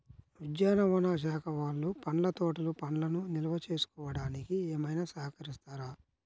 ఉద్యానవన శాఖ వాళ్ళు పండ్ల తోటలు పండ్లను నిల్వ చేసుకోవడానికి ఏమైనా సహకరిస్తారా?